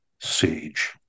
sage